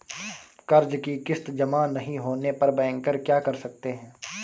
कर्ज कि किश्त जमा नहीं होने पर बैंकर क्या कर सकते हैं?